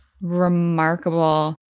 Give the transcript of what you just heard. remarkable